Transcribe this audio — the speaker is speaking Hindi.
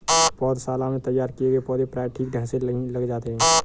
पौधशाला में तैयार किए गए पौधे प्रायः ठीक ढंग से लग जाते हैं